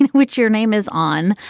and which your name is on.